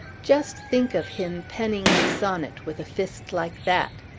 just think of him penning a sonnet with a fist like that!